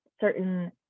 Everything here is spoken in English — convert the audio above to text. certain